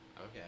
okay